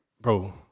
bro